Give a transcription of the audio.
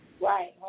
Right